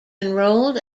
enrolled